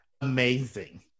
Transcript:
Amazing